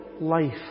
life